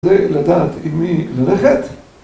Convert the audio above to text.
צריך לדעת עם מי ללכת.